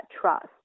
trust